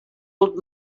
old